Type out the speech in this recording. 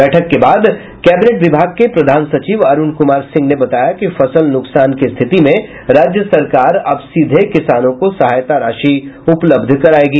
बैठक के बाद कैबिनेट विभाग के प्रधान सचिव अरुण कुमार सिंह ने बताया कि फसल नुकसान की स्थिति में राज्य सरकार अब सीधे किसानों को सहायता राशि उपलब्ध करायेगी